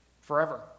Forever